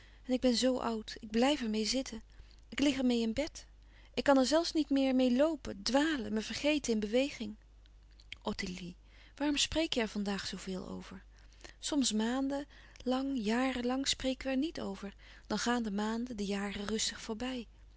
en ik ben zoo oud ik blijf er meê zitten ik lig er meê in bed ik kan er zelfs niet meer meê loopen dwalen me vergeten in beweging ottilie waarom spreek je er van daag zoo veel over soms maanden lang jaren lang spreken we er niet over dan gaan de maanden de jaren rustig voorbij